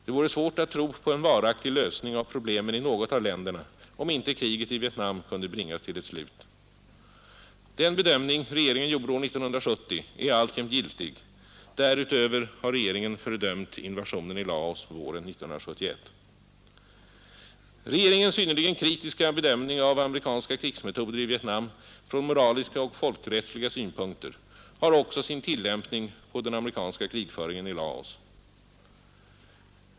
Det vore svårt att tro på en varaktig lösning av problemen i något av länderna, om inte kriget i Vietnam kunde bringas till ett slut. Den bedömning regeringen gjorde år 1970 är alltjämt giltig. Därutöver har regeringen fördömt invasionen i Laos våren 1971. Regeringens synnerligen kritiska bedömning av amerikanska krigsmetoder i Vietnam från moraliska och folkrättsliga synpunkter har också sin tillämpning på den amerikanska krigföringen i Laos.